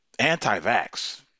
Anti-vax